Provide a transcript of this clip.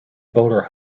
bowler